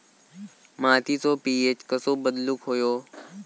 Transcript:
मातीचो पी.एच कसो बदलुक होयो?